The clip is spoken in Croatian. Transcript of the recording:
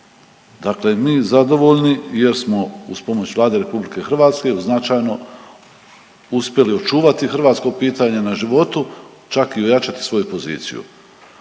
Dakle, mi zadovoljni jer smo uz pomoć Vlade RH značajno uspjeli očuvati hrvatsko pitanje na životu čak i ojačati svoju poziciju.